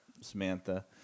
Samantha